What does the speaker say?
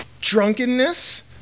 drunkenness